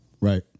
Right